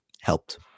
helped